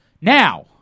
Now